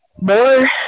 more